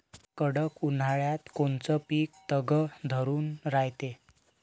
कडक उन्हाळ्यात कोनचं पिकं तग धरून रायते?